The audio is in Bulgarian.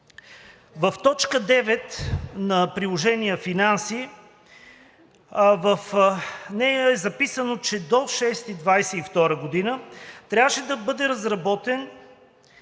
в т. 9 на приложение „Финанси“ в нея е записано, че до юни 2022 г. трябваше да бъде разработен